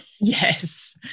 Yes